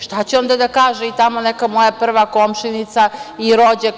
Šta će onda da kaže i tamo neka moja prva komšinica, rođaka?